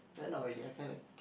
not really I kind like